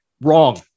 Wrong